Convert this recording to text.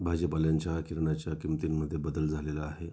भाजीपाल्यांच्या किरण्याच्या किमतींमध्ये बदल झालेला आहे